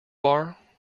are